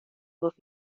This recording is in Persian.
گفت